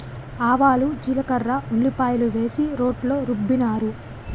ఆవాలు జీలకర్ర ఉల్లిపాయలు వేసి రోట్లో రుబ్బినారు